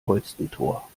holstentor